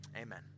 Amen